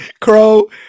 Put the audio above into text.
crow